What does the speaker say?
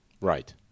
Right